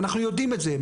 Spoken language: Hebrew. ואנחנו יודעים את זה.